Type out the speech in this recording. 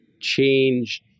change